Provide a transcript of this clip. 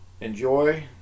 enjoy